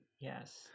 Yes